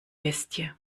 bestie